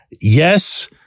Yes